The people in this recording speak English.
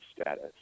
status